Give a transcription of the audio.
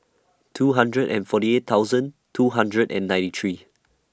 two hundred and forty eight thousand two hundred and ninety three